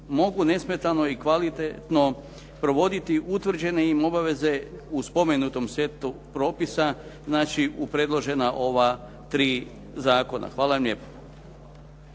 mogu nesmetano i kvalitetno provoditi utvrđene im obaveze u spomenutom setu propisa, znači u predložena ova tri zakona. Hvala vam lijepa.